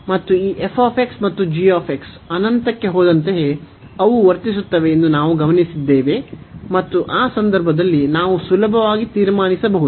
ಮತ್ತು ಈ ಮತ್ತು ಅನಂತಕ್ಕೆ ಹೋದಂತೆಯೇ ಅವು ವರ್ತಿಸುತ್ತವೆ ಎಂದು ನಾವು ಗಮನಿಸಿದ್ದೇವೆ ಮತ್ತು ಆ ಸಂದರ್ಭದಲ್ಲಿ ನಾವು ಸುಲಭವಾಗಿ ತೀರ್ಮಾನಿಸಬಹುದು